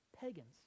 pagans